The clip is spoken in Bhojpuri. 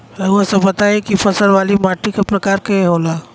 रउआ सब बताई कि फसल वाली माटी क प्रकार के होला?